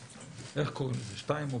איך קוראים לזה, 2 או ב'?